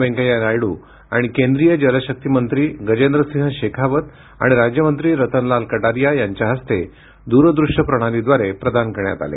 वेंकैया नायडू आणि केंद्रीय जलशक्ती मंत्री गजेंद्रसिंह शेखावत आणि राज्यमंत्री रतनलाल कटारिया यांच्या हस्ते दूरदृष्य प्रणालीद्वारे प्रदान करण्यात आले